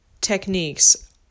techniques